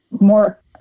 more